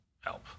help